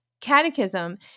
catechism